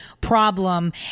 problem